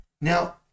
now